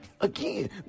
Again